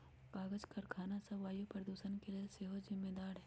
कागज करखना सभ वायु प्रदूषण के लेल सेहो जिम्मेदार हइ